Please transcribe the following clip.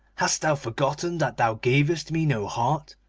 hast thou forgotten that thou gavest me no heart?